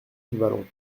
vallon